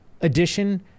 edition